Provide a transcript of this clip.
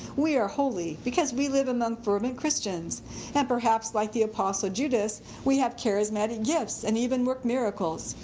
we are holy because we live among fervent christians and perhaps like the apostle judas we have charismatic gifts and even work miracles.